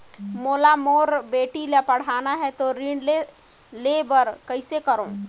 मोला मोर बेटी ला पढ़ाना है तो ऋण ले बर कइसे करो